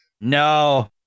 No